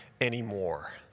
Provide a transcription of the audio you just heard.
anymore